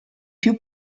più